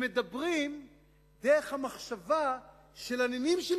הם מדברים דרך המחשבה של הנינים שלי,